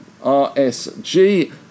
RSG